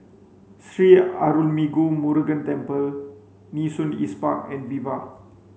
Sri Arulmigu Murugan Temple Nee Soon East Park and Viva